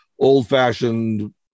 old-fashioned